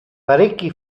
parecchi